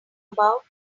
about